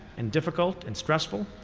and difficult, and stressful,